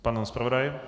Pan zpravodaj?